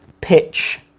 pitch